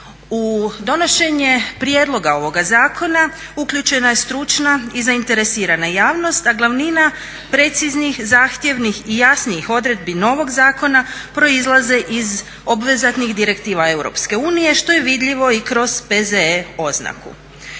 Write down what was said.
U donošenje prijedloga ovoga zakona uključena je stručna i zainteresirana javnost a glavnina preciznih, zahtjevnih i jasnijih odredbi novoga zakona proizlaze iz obvezatnih direktiva EU što je vidljivo i kroz P.Z.E. oznaku.